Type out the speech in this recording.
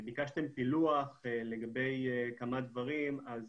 ביקשתם פילוח לגבי כמה דברים, אז